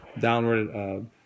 downward